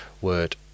word